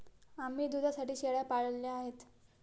आम्ही दुधासाठी शेळ्या पाळल्या आहेत